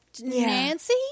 nancy